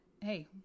hey